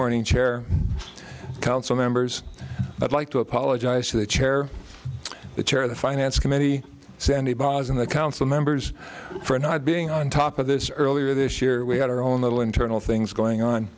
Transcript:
morning chair council members but like to apologize to the chair the chair of the finance committee sandy bars in the council members for not being on top of this earlier this year we had our own little internal things going on